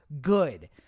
good